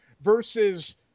Versus